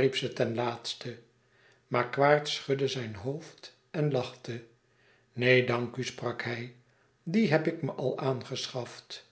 ried ze ten laatste maar quaerts schudde zijn hoofd en lachte neen dank u sprak hij die heb ik me al aangeschaft